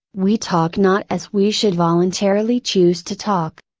we talk not as we should voluntarily choose to talk.